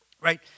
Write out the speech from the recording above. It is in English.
right